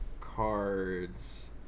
cards